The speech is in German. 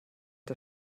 der